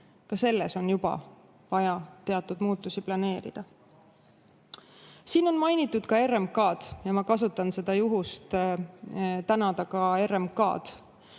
Ka selles on juba vaja teatud muutusi planeerida. Siin on mainitud ka RMK-d. Ma kasutan juhust ja tänan ka RMK-d